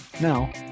Now